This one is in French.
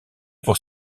pour